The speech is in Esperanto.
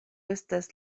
estas